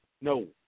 no